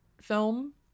film